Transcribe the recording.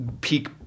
peak